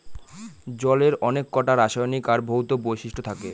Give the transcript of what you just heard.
জলের অনেককটা রাসায়নিক আর ভৌত বৈশিষ্ট্য থাকে